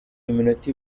iminota